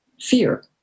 fear